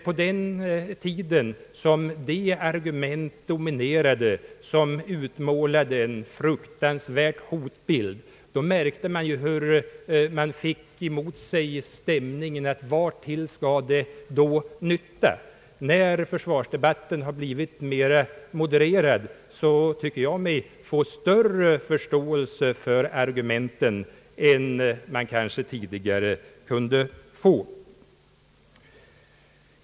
På den tiden de argument dominerade som utmålade en fruktansvärd hotbild märkte man hur man fick emot sig stämningen och frågan: Vartill skall det då nytta? När försvarsdebatten har blivit mera modererad tycker jag mig få större förståelse för argumenten än man kanske tidigare kunde få.